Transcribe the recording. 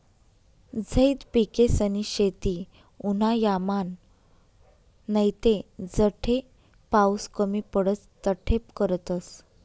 झैद पिकेसनी शेती उन्हायामान नैते जठे पाऊस कमी पडस तठे करतस